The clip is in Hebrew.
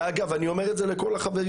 אגב, אני אומר את זה לכל החברים.